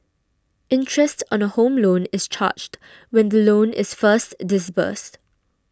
interest on a Home Loan is charged when the loan is first disbursed